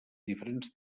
diferents